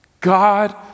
God